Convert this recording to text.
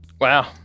Wow